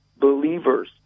believers